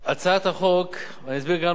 ואני אסביר גם למה הממשלה מתנגדת לה,